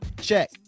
check